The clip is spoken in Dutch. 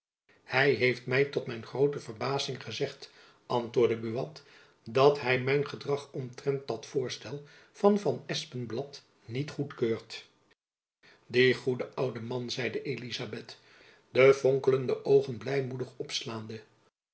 hy heeft my tot mijn groote verbazing gezegd antwoordde buat dat hy mijn gedrag omtrent dat voorstel van van espenblad niet goedkeurt die goede oude man zeide elizabeth de vonkelende oogen blijmoedig opslaande